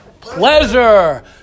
Pleasure